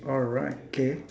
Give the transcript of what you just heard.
alright K